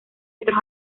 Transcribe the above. otros